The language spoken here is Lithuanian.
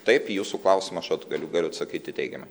taip į jūsų klausimą aš at galiu galiu atsakyti teigiamai